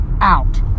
out